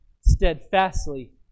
steadfastly